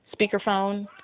speakerphone